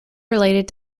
related